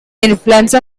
influence